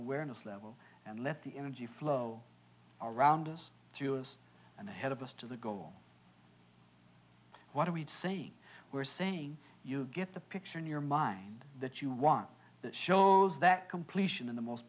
awareness level and let the energy flow around us through us and ahead of us to the goal what are we saying we're saying you get the picture in your mind that you want that shows that completion in the most